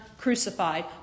crucified